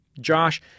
Josh